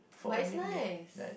but it's nice